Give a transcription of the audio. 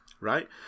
Right